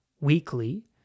weekly